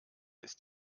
ist